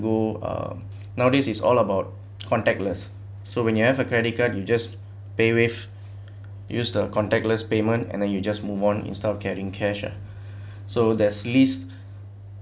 go um nowadays is all about contactless so when you have a credit card you just paywave use the contactless payment and then you just move on instead of carrying cash ah so there's least